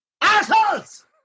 Assholes